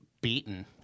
beaten